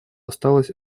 осталось